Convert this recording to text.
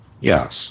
Yes